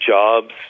Jobs